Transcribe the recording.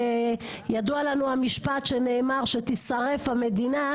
ידוע לנו המשפט שנאמר: שתישרף המדינה,